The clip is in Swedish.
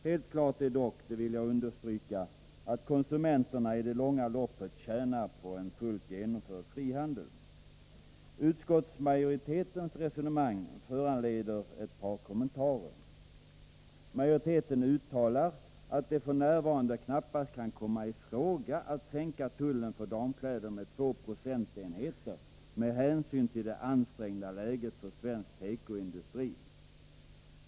Helt klart är dock, det vill jag understryka, att konsumenterna i det långa loppet tjänar på Tullen på herroch en fullt genomförd frihandel. damkläder Utskottsmajoritetens resonemang föranleder ett par kommentarer. Majoriteten uttalar att det f. n. knappast kan komma i fråga att sänka tullen för damkläder med två procentenheter med hänsyn till det ansträngda läget för svensk tekoindustri.